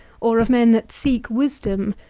or of men that seek wisdom,